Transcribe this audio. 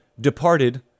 departed